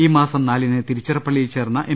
ഈ മാസം നാലിന് തിരുച്ചിറപ്പളളിയിൽ ചേർന്ന എം